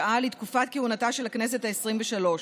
שעה לתקופת כהונתה של הכנסת העשרים-ושלוש,